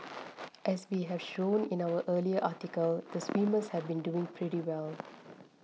as we have shown in our earlier article the swimmers have been doing pretty well